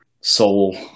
soul